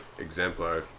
exemplar